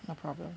no problem